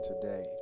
today